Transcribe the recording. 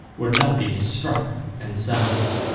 where nothing is struck and sounds,